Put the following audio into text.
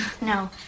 No